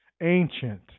ancient